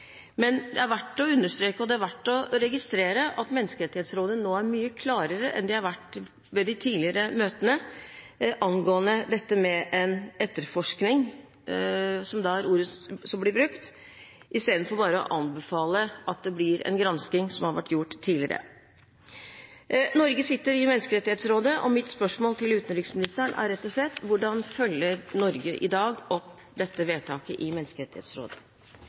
Men det er verdt å understreke og verdt å registrere at Menneskerettighetsrådet nå er mye klarere enn det har vært ved de tidligere møtene angående etterforskning – som er ordet som blir brukt – istedenfor bare å anbefale at det blir en gransking, som har vært gjort tidligere. Norge sitter i Menneskerettighetsrådet, og mitt spørsmål til utenriksministeren er rett og slett: Hvordan følger Norge i dag opp dette vedtaket i Menneskerettighetsrådet?